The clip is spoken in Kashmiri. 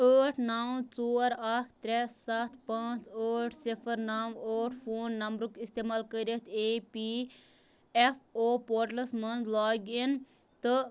ٲٹھ نو ژور اکھ ترٛےٚ ستھ پانٛژ ٲٹھ صِفَر نو ٲٹھ فون نمبرُک اِستعمال کٔرِتھ E P F O portals مَنٛز لاگ اِن تہٕ